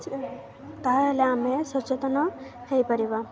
ତା'ହେଲେ ଆମେ ସଚେତନ ହେଇପାରିବା